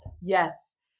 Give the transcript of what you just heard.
Yes